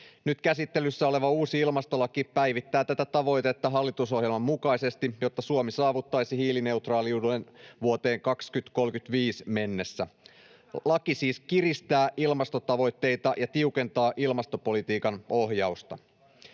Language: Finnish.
Nyt käsittelyssä oleva uusi ilmastolaki päivittää tätä tavoitetta hallitusohjelman mukaisesti, jotta Suomi saavuttaisi hiilineutraaliuden vuoteen 2035 mennessä. [Vasemmistoliiton ryhmästä: Hyvä!] Laki siis kiristää ilmastotavoitteita ja tiukentaa ilmastopolitiikan ohjausta.